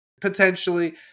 potentially